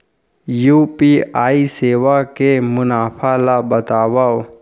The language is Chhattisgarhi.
यू.पी.आई सेवा के मुनाफा ल बतावव?